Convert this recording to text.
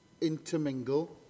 intermingle